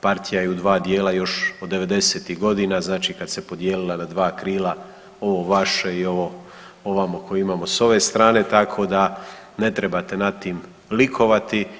Partija je u dva dijela još od devedesetih godina, znači kada se podijelila na dva krila ovo vaše i ovo ovamo koje imamo sa ove strane, tako da ne trebate nad tim likovati.